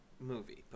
movie